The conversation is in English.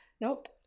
Nope